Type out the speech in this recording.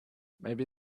maybe